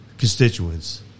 constituents